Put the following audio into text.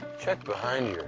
check behind